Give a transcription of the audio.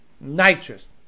nitrous